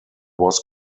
was